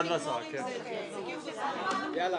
תודה לכולם.